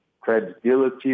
credibility